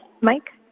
Mike